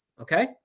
Okay